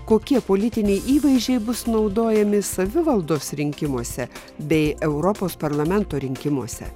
kokie politiniai įvaizdžiai bus naudojami savivaldos rinkimuose bei europos parlamento rinkimuose